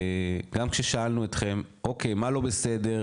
גם כששאלנו אתכם, אוקיי מה לא בסדר?